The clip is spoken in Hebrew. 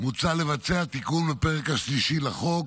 מוצע לבצע תיקון לפרק השלישי לחוק,